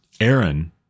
Aaron